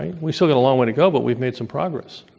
right? we've still got a long way to go, but we've made some progress.